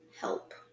help